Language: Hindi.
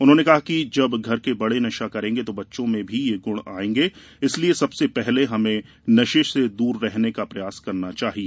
उन्होंने कहा कि जब घर के बड़े नशा करेंगे तो बच्चों में भी यह गुण आयेंगे इसलिए सबसे पहले हमें नशे से दूर रहने का प्रयास करना चाहिए